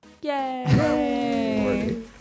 Yay